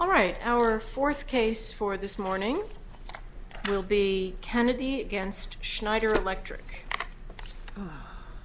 all right our fourth case for this morning will be kennedy against schneider electric